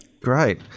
Great